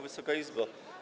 Wysoka Izbo!